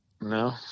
No